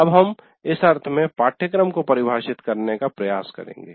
अब हम इस अर्थ में पाठ्यक्रम को परिभाषित करने का प्रयास करेंगे